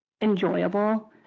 enjoyable